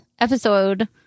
episode